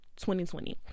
2020